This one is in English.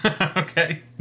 okay